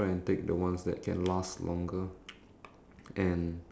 ya canned food uh water